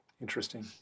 Interesting